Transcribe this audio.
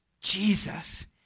Jesus